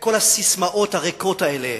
וכל הססמאות הריקות האלה